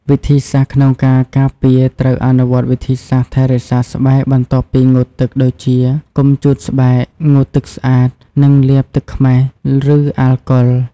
វិធិសាស្ត្រក្នុងការការពារត្រូវអនុវត្តវិធីសាស្រ្តថែរក្សាស្បែកបន្ទាប់ពីងូតទឹកដូចជា កុំជូតស្បែក ងូតទឹកស្អាត និងលាបទឹកខ្មេះ ឬអាល់កុល។